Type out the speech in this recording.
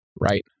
Right